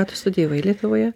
ką tu studijavai lietuvoje